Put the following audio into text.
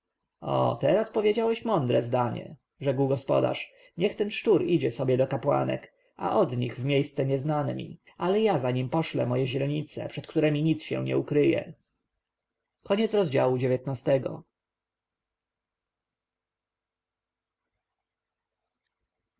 teraz powiedziałeś mądre zdanie rzekł gospodarz niech ten szczur idzie sobie do kapłanek a od nich w miejsce nieznane mi ale ja za nim poszlę moje źrenice przed któremi nic się nie ukryje